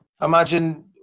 Imagine